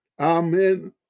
Amen